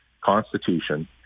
Constitution